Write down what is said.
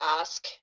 ask